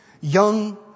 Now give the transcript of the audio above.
young